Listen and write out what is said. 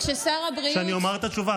שאני אומר את התשובה?